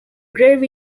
grave